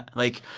like,